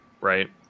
Right